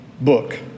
book